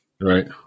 Right